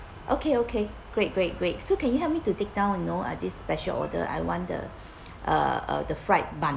okay okay great great great so can you help me to take down know uh this special order I want the uh the fried bun